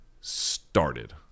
started